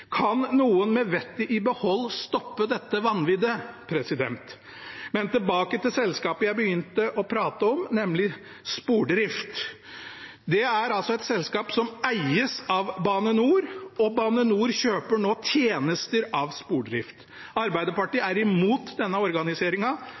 Kan noen med vettet i behold stoppe dette vanviddet? Men tilbake til selskapet jeg begynte å prate om, nemlig Spordrift. Det er et selskap som eies av Bane NOR, og Bane NOR kjøper nå tjenester av Spordrift. Arbeiderpartiet